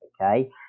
okay